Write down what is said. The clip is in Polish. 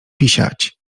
pisiać